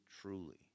truly